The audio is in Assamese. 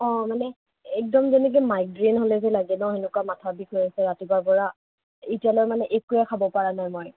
অঁ মানে একদম যেনেকে মাইগ্ৰেন হ'লে যে লাগে ন সেনেকুৱা মাথাৰ বিষ হৈ আছে ৰাতিপুৱাৰ পৰা এতিয়ালৈ মানে একোৱে খাব পৰা নাই মই